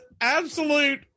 absolute